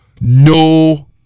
No